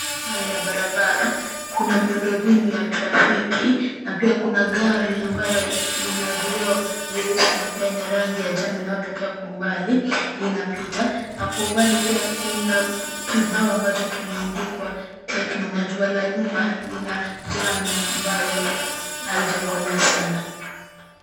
Haya ya barabara. Kuna miundo mbinu ya trafiki, na pia kuna gari ambayo lina vioo vyeusi na pia ina rangi ya njano inayotokea kwa umbali, linapita. Na kwa umbali pia kuna kibao ambacho kimeandikwa, Tecno, na jumba la nyuma lina njano ambayo haijakolea sana.